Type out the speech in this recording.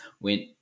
went